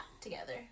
together